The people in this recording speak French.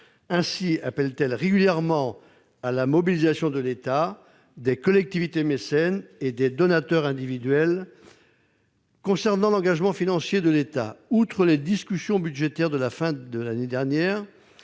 Ainsi appelle-t-elle régulièrement à la mobilisation de l'État, des collectivités territoriales mécènes et des donateurs individuels. En ce qui concerne l'engagement financier de l'État, au-delà des discussions budgétaires de la fin de l'année dernière,